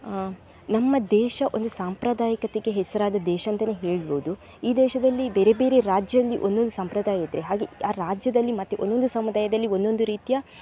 ನಮ್ಮ ದೇಶ ಒಂದು ಸಾಂಪ್ರದಾಯಕತೆಗೆ ಹೆಸರಾದ ದೇಶ ಅಂತಲೇ ಹೇಳ್ಬೋದು ಈ ದೇಶದಲ್ಲಿ ಬೇರೆ ಬೇರೆ ರಾಜ್ಯದಲ್ಲಿ ಒಂದೊಂದು ಸಂಪ್ರದಾಯ ಇದೆ ಹಾಗೇ ಆ ರಾಜ್ಯದಲ್ಲಿ ಮತ್ತು ಒಂದೊಂದು ಸಮುದಾಯದಲ್ಲಿ ಒಂದೊಂದು ರೀತಿಯ